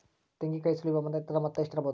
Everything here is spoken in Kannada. ತೆಂಗಿನಕಾಯಿ ಸುಲಿಯುವ ಯಂತ್ರದ ಮೊತ್ತ ಎಷ್ಟಿರಬಹುದು?